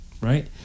Right